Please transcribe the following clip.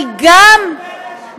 אבל גם מטרידן,